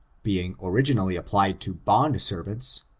being originally applied to bondservants,